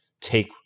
take